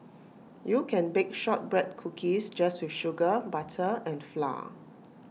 you can bake Shortbread Cookies just with sugar butter and flour